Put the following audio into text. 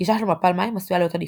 גישה של מפל מים עשויה להיות עדיפה.